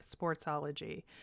Sportsology